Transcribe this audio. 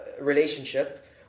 relationship